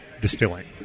distilling